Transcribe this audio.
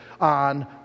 on